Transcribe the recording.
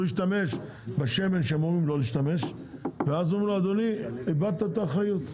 הוא השתמש בשמן שאומרים לא להשתמש ואז אומרים לו שהוא איבד את האחריות.